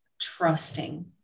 trusting